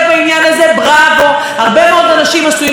אם ראש הממשלה כל כך חפץ בתקשורת חופשית,